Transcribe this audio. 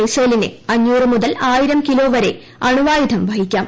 മിസൈലിന് അഞ്ഞൂറ് മുതൽ ആയിരം ക്കില്ലോ വരെ ആണവായുധം വഹിക്കാം